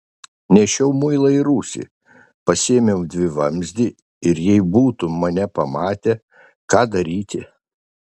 nešiau muilą į rūsį pasiėmiau dvivamzdį ir jei būtų mane pamatę ką daryti